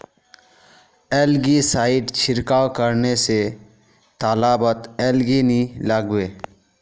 algae side छिड़काव करने स तालाबत एलगी नी लागबे